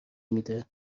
میده